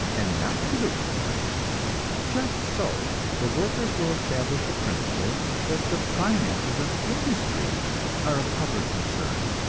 and not to the ruler just so the workers will establish the principle that the finances of industry are a public concern,